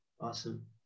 awesome